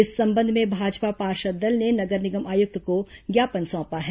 इस संबंध में भाजपा पार्षद दल ने नगर निगम आयुक्त को ज्ञापन सौंपा है